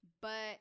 but-